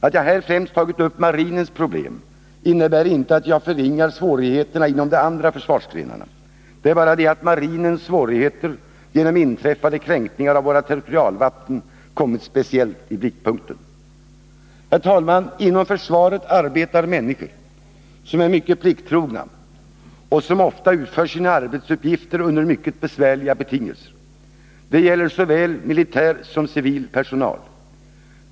Att jag här främst tagit upp marinens problem innebär inte att jag förringar svårigheterna inom de andra försvarsgrenarna. Det är bara det att marinens svårigheter genom inträffade kränkningar av våra territorialvatten kommit speciellt i blickpunkten. Herr talman! Inom försvaret arbetar människor som är mycket plikttrogna och som ofta utför sina arbetsuppgifter under mycket besvärliga betingelser. Det gäller såväl militär som civil personal.